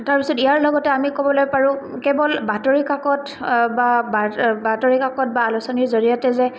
তাৰপিছত ইয়াৰ লগতে আমি ক'বলৈ পাৰোঁ কেৱল বাতৰি কাকত বা বাতৰি কাকত বা আলোচনীৰ জৰিয়তে যে